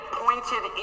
pointed